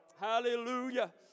Hallelujah